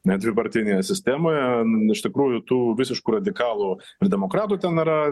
net dabartinėje sistemoje iš tikrųjų tų visiškų radikalų ir demokratų ten yra